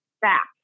back